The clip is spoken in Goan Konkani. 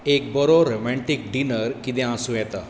एक बरो रोमॅन्टिक डीनर कितें आसूं येता